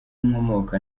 nkomoka